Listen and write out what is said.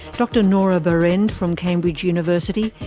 dr nora berend from cambridge university,